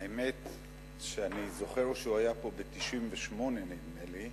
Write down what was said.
האמת היא שאני זוכר שהוא היה פה ב-1998, נדמה לי,